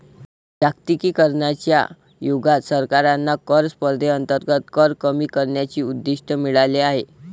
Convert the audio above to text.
जागतिकीकरणाच्या युगात सरकारांना कर स्पर्धेअंतर्गत कर कमी करण्याचे उद्दिष्ट मिळाले आहे